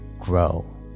grow